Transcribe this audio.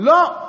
לא.